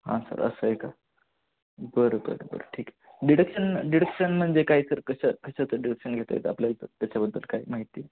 हां सर असं आहे का बरं बरं बरं ठीक आहे डिडक्शन डिडक्शन म्हणजे काय सर कशा कशाचं डिडक्शन घेतात आपल्या इथं त्याच्याबद्दल काय माहिती